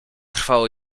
trwało